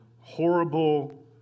horrible